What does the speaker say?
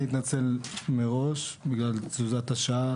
אני מתנצל מראש שבגלל תזוזת השעה,